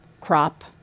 crop